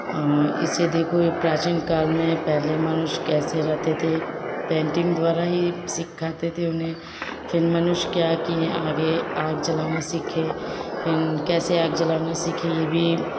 इसे देखो ये प्राचीन काल में पहले मनुष्य कैसे रहते थे पेंटिंग द्वारा ही सिखाते थे उन्हें फिर मनुष्य क्या किए आगे आग जलाना सीखे फिन कैसे आग जलाना सीखे ये भी